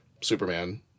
Superman